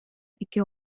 икки